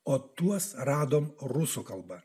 o tuos radom rusų kalba